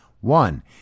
One